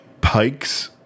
Pike's